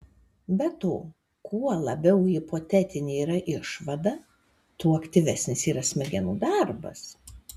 be to kuo labiau hipotetinė yra išvada tuo aktyvesnis yra smegenų darbas